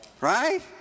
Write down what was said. right